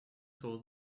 told